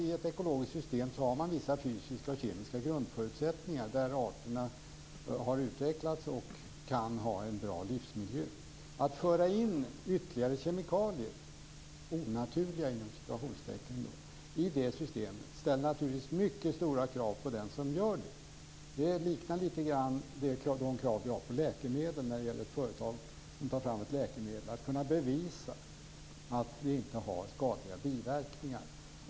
I ett ekologiskt system finns det vissa fysiska och kemiska grundförutsättningar där arterna har utvecklats och kan ha en bra livsmiljö. Att föra in ytterligare "onaturliga" kemikalier i det systemet innebär naturligtvis att det ställs mycket stora krav på den som gör det. Lite grann liknar det våra krav på läkemedel. För ett företag som tar fram ett läkemedel gäller det att kunna bevisa att det inte har skadliga biverkningar.